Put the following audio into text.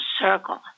circle